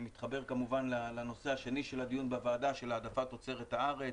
אני מתחבר כמובן לנושא השני של הדיון בוועדה של העדפת תוצרת הארץ.